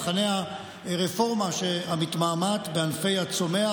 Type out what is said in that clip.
מחנה הרפורמה המתמהמהת בענפי הצומח,